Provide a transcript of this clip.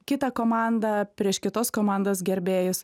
kitą komandą prieš kitos komandos gerbėjus